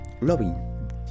loving